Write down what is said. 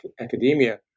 academia